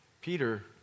Peter